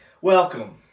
Welcome